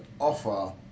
offer